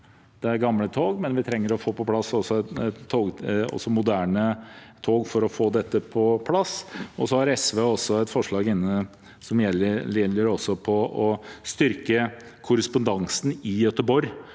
Det er gamle tog, og vi trenger også moderne tog for å få dette på plass. SV har også et forslag som gjelder det å styrke korrespondansen i Göteborg